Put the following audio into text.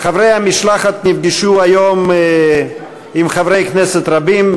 חברי המשלחת נפגשו היום עם חברי כנסת רבים,